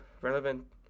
relevant